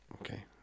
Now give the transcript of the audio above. Okay